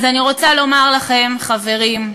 אז אני רוצה לומר לכם, חברים,